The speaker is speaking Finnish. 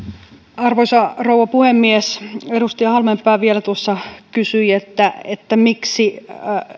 arvoisa rouva puhemies edustaja halmeenpää vielä tuossa kysyi miksi